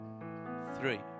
Three